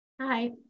Hi